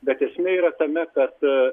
bet esmė yra tame kad